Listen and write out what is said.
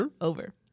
over